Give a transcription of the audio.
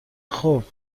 خوب